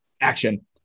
Action